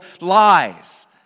lies